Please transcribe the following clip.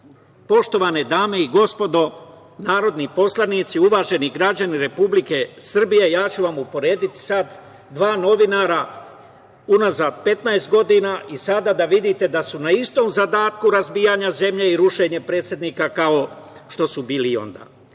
granica. Poštovane dame i gospodo narodni poslanici i uvaženi građani Republike Srbije ja ću vam uporediti sad dva novinara, unazad 15 godina i sada da vidite da su na istom zadatku razbijanja zemlje i rušenje predsednika kao što su bili i onda.